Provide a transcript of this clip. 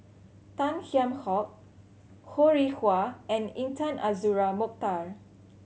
Tan Kheam Hock Ho Rih Hwa and Intan Azura Mokhtar